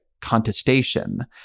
Contestation